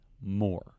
more